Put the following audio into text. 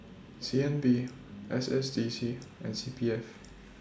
C N B S S D C and C P F